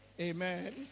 Amen